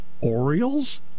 Orioles